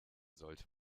sollte